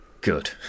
good